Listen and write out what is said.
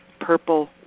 Purple